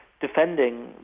defending